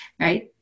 right